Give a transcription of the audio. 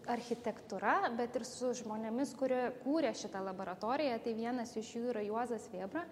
architektūra bet ir su žmonėmis kurie kūrė šitą laboratoriją tai vienas iš jų yra juozas vėbra